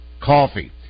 coffee